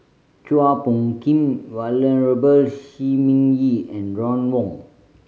Chua Phung Kim Venerable Shi Ming Yi and Ron Wong